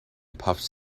puffs